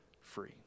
free